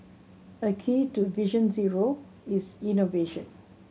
a key to Vision Zero is innovation